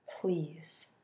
please